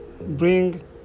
bring